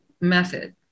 method